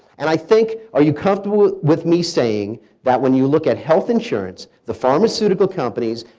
and i think, are you comfortable with me saying that when you look at health insurance, the pharmaceutical companies,